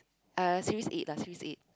uh series eight lah series eight